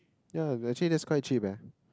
yeah actually that's quite cheap eh